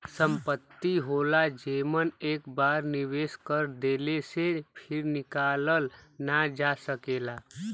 संपत्ति होला जेमन एक बार निवेस कर देले से फिर निकालल ना जा सकेला